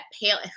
pale